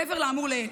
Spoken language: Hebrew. מעבר לאמור לעיל,